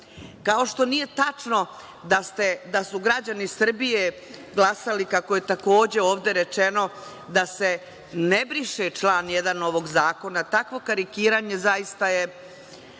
Kao što nije tačno da su građani Srbije glasali, kako je takođe ovde rečeno, da se ne briše član 1. ovog zakona. Takvo karikiranje, zaista je